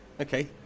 Okay